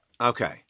Okay